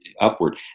upward